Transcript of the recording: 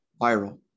viral